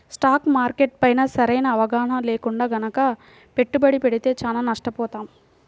stock market పైన సరైన అవగాహన లేకుండా గనక పెట్టుబడి పెడితే చానా నష్టపోతాం